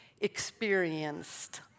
experienced